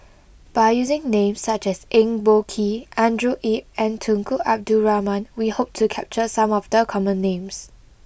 by using names such as Eng Boh Kee Andrew Yip and Tunku Abdul Rahman we hope to capture some of the common names